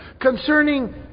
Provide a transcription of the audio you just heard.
concerning